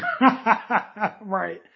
Right